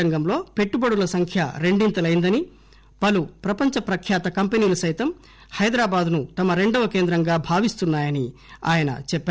రంగంలో పెట్టుబడుల సంఖ్య రెండింతలైందని పలు ప్రపంచ ప్రఖ్యాత కంపెనీలు సైతం హైదరాబాద్ ను తమ రెండవ కేంద్రంగా భావిస్తున్నా యని ఆయన చెప్పారు